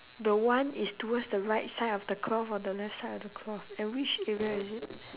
the one is towards the right side of the cloth or the left side of the cloth and which area is it